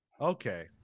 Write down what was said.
Okay